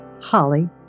Holly